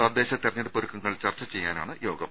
തദ്ദേശ തെരഞ്ഞെടുപ്പ് ഒരുക്കങ്ങൾ ചർച്ച ചെയ്യാനാണ് യോഗം